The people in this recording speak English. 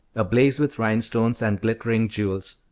ablaze with rhinestones and glittering jewels.